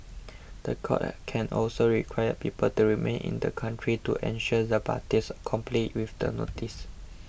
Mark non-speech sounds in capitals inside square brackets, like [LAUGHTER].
the court [UNINTELLIGIBLE] can also require people to remain in the country to ensure the parties comply with the notice